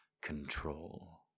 control